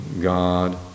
God